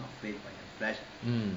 mm